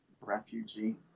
refugee